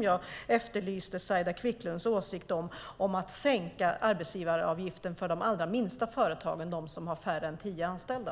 Jag efterlyste Saila Quicklunds åsikt om att sänka arbetsgivaravgiften för de allra minsta företagen, de med färre än tio anställda.